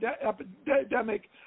epidemic